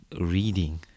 reading